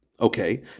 Okay